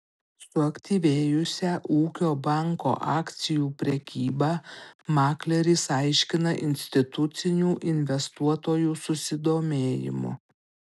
suaktyvėjusią ūkio banko akcijų prekybą makleris aiškina institucinių investuotojų susidomėjimu